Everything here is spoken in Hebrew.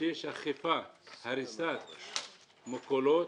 שיש הריסת מכולות,